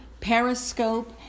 Periscope